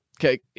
Okay